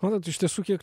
matot iš tiesų kiek